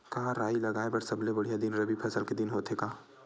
का राई लगाय बर सबले बढ़िया दिन रबी फसल के दिन होथे का?